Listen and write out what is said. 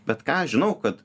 bet ką aš žinau kad